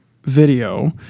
Video